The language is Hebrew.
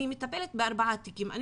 אני מטפלת בארבעה תיקים,